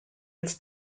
its